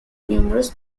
numerous